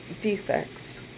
defects